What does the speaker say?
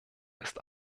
ist